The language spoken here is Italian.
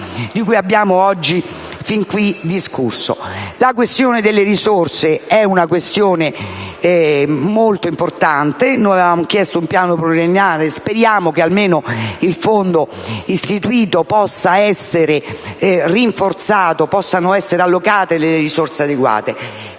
Quella delle risorse è una questione molto importante: avevamo chiesto un piano pluriennale; speriamo che almeno il fondo istituito possa essere rinforzato e che possano essere allocate le risorse adeguate.